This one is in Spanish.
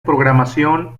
programación